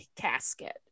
casket